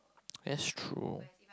that's true